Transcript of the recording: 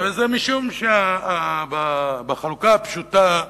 הרי זה משום שבחלוקה הפשוטה,